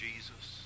Jesus